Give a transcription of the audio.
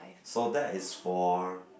so that is for